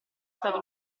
stato